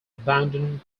abandoned